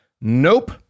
nope